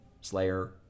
Slayer